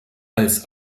als